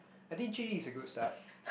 I think Jun-Yi is a good start